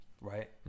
right